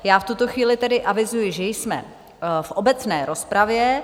V tuto chvíli tedy avizuji, že jsme v obecné rozpravě.